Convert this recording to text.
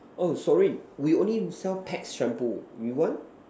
oh sorry we only sell pet shampoo you want